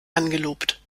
angelobt